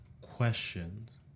questions